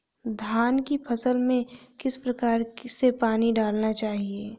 धान की फसल में किस प्रकार से पानी डालना चाहिए?